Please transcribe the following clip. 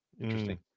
interesting